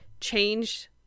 change